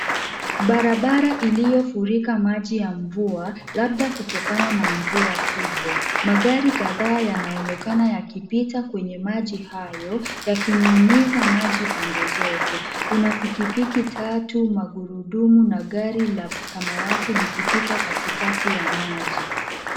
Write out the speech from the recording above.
Barabara iliyofurika maji ya mvua, labda kutokana na mvua kubwa. Magari kadhaa yanaonekana yakipita kwenye maji hayo, yakinyunyiza maji pande zote. Kuna pikipiki tatu, magurudumu na gari la samawati likipita katikati ya maji.